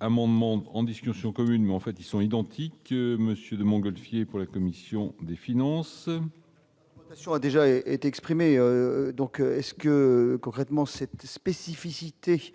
amendement en discussion commune mais en fait ils sont identiques, que monsieur de Montgolfier pour la commission des finances. On a déjà été exprimée donc est-ce que concrètement cette spécificité